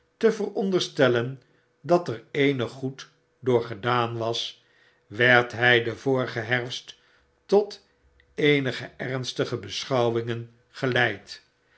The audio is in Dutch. te veronderstellen dat er eenig goed door gedaan was werd hy den vorigen herfst tot eenige ernstige beschouwingen geleid